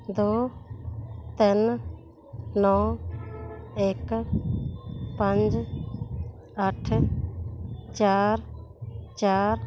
ਦੋ ਤਿੰਨ ਨੌ ਇੱਕ ਪੰਜ ਅੱਠ ਚਾਰ ਚਾਰ